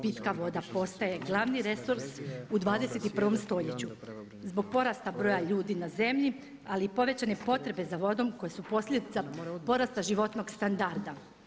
Pitka voda postaje glavni resurs u 21. stoljeću zbog porasta ljudi na zemlji ali i povećane potrebe za vodom koje su posljedica porasta životnog standarda.